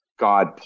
God